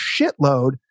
shitload